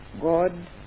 God